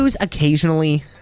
occasionally